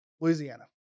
Louisiana